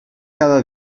cada